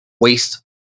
waste